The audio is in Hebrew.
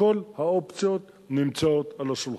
כל האופציות נמצאות על השולחן.